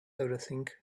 everything